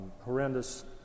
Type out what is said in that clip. horrendous